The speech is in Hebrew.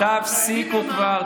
הבוס שלך, מר ליברמן,